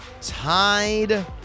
Tied